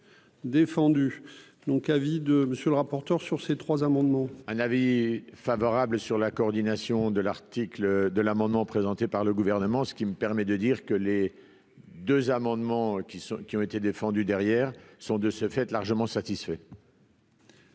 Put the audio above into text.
défendu, donc avis de monsieur le rapporteur, sur ces trois amendements. Un avis favorable sur la coordination de l'article de l'amendement présenté par le gouvernement, ce qui me permet de dire que les 2 amendements qui sont, qui ont été défendues derrière sont de ce fait largement satisfait.